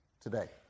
today